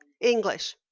English